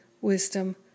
wisdom